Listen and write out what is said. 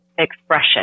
Expression